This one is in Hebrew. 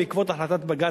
בעקבות החלטת בג"ץ,